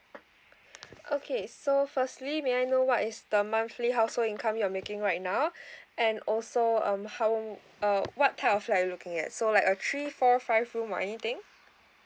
okay so firstly may I know what is the monthly household income you're making right now and also um how uh what type of flat you're looking at so like a three four five room or anything